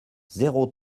zéro